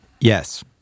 Yes